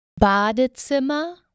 Badezimmer